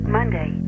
Monday